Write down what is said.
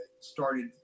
started